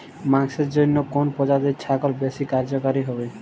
মাংসের জন্য কোন প্রজাতির ছাগল বেশি কার্যকরী হবে?